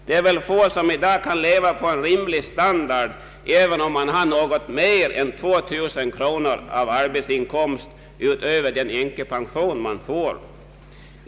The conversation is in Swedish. Det är väl få som i dag kan leva på en rimlig standard, även om de har något mer än 2000 kronors arbetsinkomst utöver den änkepension som de eventuellt får.